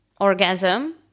orgasm